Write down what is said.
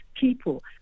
people